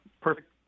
Perfect